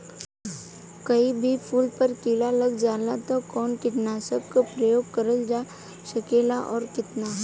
कोई भी फूल पर कीड़ा लग जाला त कवन कीटनाशक क प्रयोग करल जा सकेला और कितना?